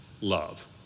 love